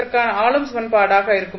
இதற்கான ஆளும் சமன்பாடாக இருக்கும்